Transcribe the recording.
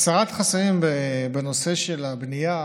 הסרת חסמים בנושא של הבנייה: